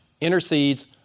intercedes